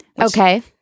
Okay